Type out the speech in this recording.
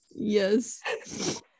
Yes